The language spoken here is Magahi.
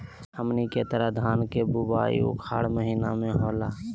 हमनी के तरफ धान के बुवाई उखाड़ महीना में होला